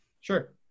Sure